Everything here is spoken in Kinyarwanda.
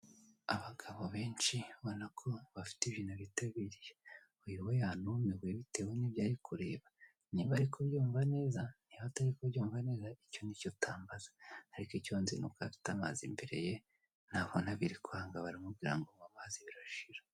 Abagabo benshi ubona ko bafite ibintu bitabiriye uyu we yanumiwe bitewe nibyo ari kureba niba ari kubyumva neza niba atari kubyumva neza ariko icyo nicyo utambaza ariko icyonzi nuko afite amazi imbere ye nabona biri kwanga baramubwira ngo nkwa amazi birashira.